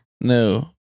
No